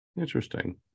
Interesting